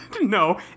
No